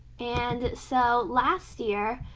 and so last year,